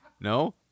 no